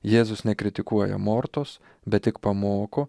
jėzus nekritikuoja mortos bet tik pamoko